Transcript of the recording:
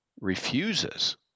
refuses